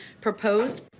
proposed